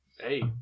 hey